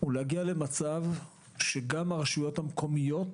הוא להגיע למצב שגם הרשויות המקומיות